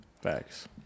Facts